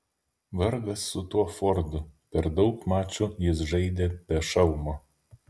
vargas su tuo fordu per daug mačų jis žaidė be šalmo